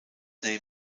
name